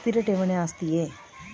ಸ್ಥಿರ ಠೇವಣಿ ಆಸ್ತಿಯೇ?